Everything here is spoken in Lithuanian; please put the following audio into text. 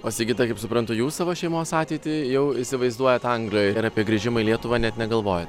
o sigita kaip suprantu jūs savo šeimos ateitį jau įsivaizduojat anglijoj ir apie grįžimą į lietuvą net negalvoj